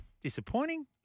disappointing